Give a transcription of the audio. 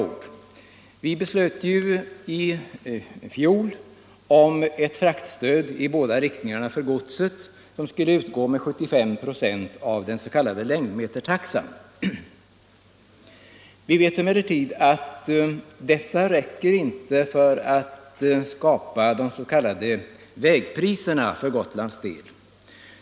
Riksdagen beslöt i fjol om ett godstransportstöd i båda riktningarna, som skall utgå med 75 96 av den s.k. längdmetertaxan. Vi vet emellertid att detta inte räcker för att skapa de s.k. vägpriserna för Gotlandstransporternas del.